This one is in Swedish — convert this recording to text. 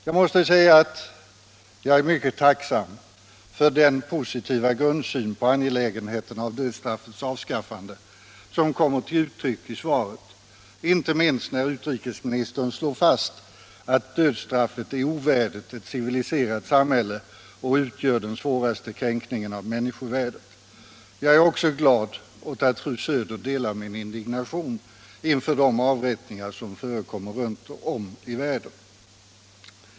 Jag måste säga att jag är mycket tacksam för den positiva grundsyn på angelägenheten av dödsstraffets avskaffande som kommer till uttryck i svaret, inte minst när utrikesministern slår fast att dödsstraffet är ovärdigt ett civiliserat samhälle och utgör den svåraste kränkningen av människovärdet. Jag är också glad åt att fru Söder delar min indignation över de avrättningar som förekommer runt om i världen.